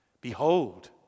Behold